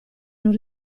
non